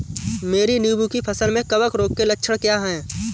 मेरी नींबू की फसल में कवक रोग के लक्षण क्या है?